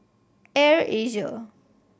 Air Asia